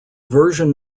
version